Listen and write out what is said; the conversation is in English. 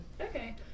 Okay